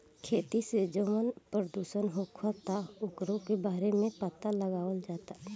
खेती से जवन प्रदूषण होखता ओकरो बारे में पाता लगावल जाता